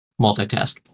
multitask